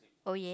oh yeah